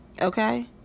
okay